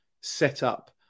setup